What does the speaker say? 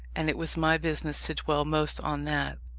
and it was my business to dwell most on that,